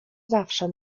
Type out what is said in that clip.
zawsze